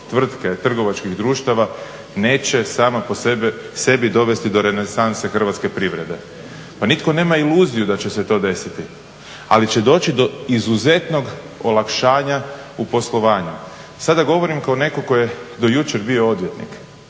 tvrtke, trgovačkih društava neće sama po sebi dovesti do renesanse hrvatske privrede. Pa nitko nema iluziju da će se to desiti, ali će doći do izuzetnog olakšanja u poslovanju. Sada govorim kao netko tko je do jučer bio odvjetnik.